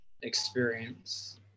experience